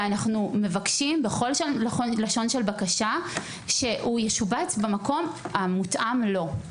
ואנחנו מבקשים בכל לשון של בקשה שהוא ישובץ במקום המותאם לו.